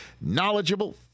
knowledgeable